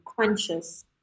conscious